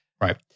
Right